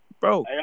Bro